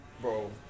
bro